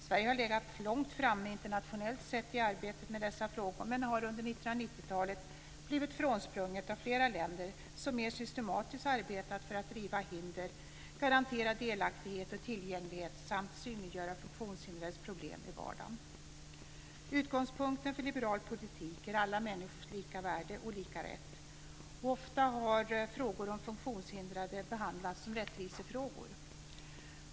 Sverige har legat långt framme internationellt sett i arbetet med dessa frågor men har under 1990-talet blivit frånsprunget av flera länder som mer systematiskt har arbetat för att riva hinder, garantera delaktighet och tillgänglighet samt synliggöra funktionshindrades problem i vardagen. Utgångspunkten för liberal politik är alla människors lika värde och lika rätt. Ofta har frågor om funktionshindrade behandlats som rättvisefrågor.